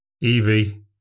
Evie